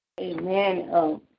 Amen